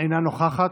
אינה נוכחת,